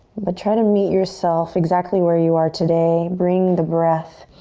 but try to meet yourself exactly where you are today. bring the breath